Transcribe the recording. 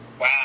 Wow